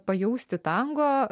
pajausti tango